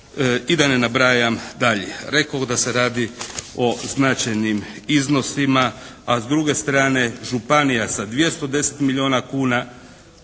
i da ne nabrajam dalje. Rekoh da se radi o značajnim iznosima. A s druge strane županija sa 210 milijuna kuna